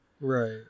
right